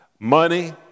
Money